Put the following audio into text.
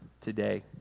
today